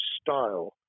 style